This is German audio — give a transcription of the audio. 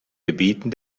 gebieten